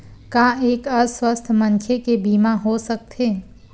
का एक अस्वस्थ मनखे के बीमा हो सकथे?